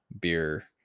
beer